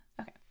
okay